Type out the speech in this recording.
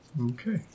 Okay